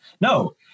No